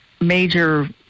major